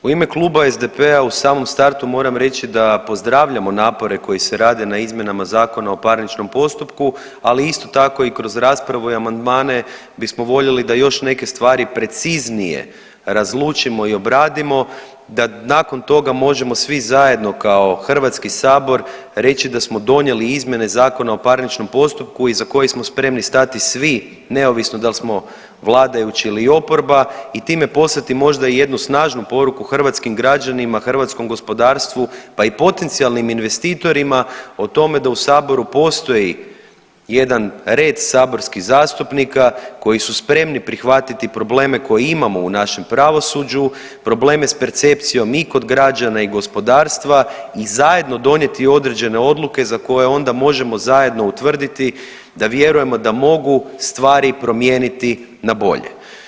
U ime Kluba SDP-a u samom startu moram reći da pozdravljamo napore koji se rade na izmjenama ZPP-a, ali isto tako i kroz raspravu i amandmane bismo voljeli da još neke stvari preciznije razlučimo i obradimo da nakon toga možemo svi zajedno kao HS reći da smo donijeli izmjene ZPP-a iza koje smo spremni stati svi neovisno dal smo vladajući ili oporba i time poslati možda i jednu snažnu poruku hrvatskim građanima, hrvatskom gospodarstvu, pa i potencijalnim investitorima o tome da u saboru postoji jedan red saborskih zastupnika koji su spremni prihvatiti probleme koje imamo u našem pravosuđu, probleme s percepcijom i kod građana i gospodarstva i zajedno donijeti određene odluke za koje onda možemo zajedno utvrditi da vjerujemo da mogu stvari promijeniti na bolje.